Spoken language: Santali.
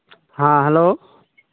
ᱦᱮᱸ ᱦᱮᱞᱳᱼᱳ